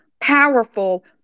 powerful